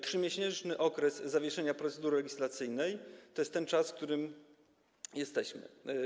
Trzymiesięczny okres zawieszenia procedury legislacyjnej to jest ten czas, w którym jesteśmy.